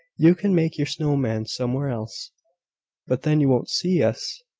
you can make your snow-man somewhere else but then you won't see us.